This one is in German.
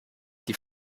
die